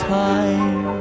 time